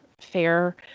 fair